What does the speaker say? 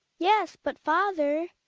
yes, but father,